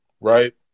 right